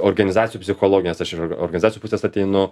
organizacijų psichologės aš iš organizacijų pusės ateinu